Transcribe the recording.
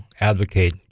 advocate